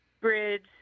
bridge